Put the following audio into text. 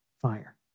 fire